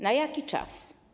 Na jaki czas?